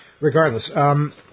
regardless